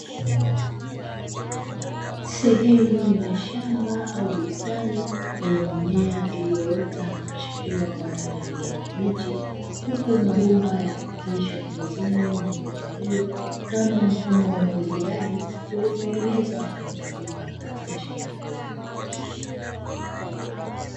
Sehemu ya shamba au bustani yenye mimea iliyoota na kuchipua kwa rangi ya kijani kibichi, huku mabomba yakipitishwa pembezoni mwa mimea hiyo kama mfumo wa umwagiliaji uliotengenezwa na wakulima katika shamba hilo.